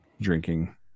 drinking